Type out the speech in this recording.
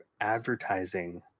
advertising